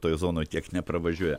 toj zonoj tiek nepravažiuoja